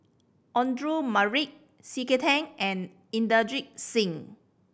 Audra Morrice C K Tang and Inderjit Singh